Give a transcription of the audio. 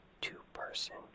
two-person